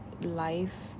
life